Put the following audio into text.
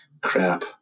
crap